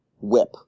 whip